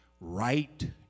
right